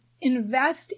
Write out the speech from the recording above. invest